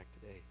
today